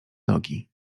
nogi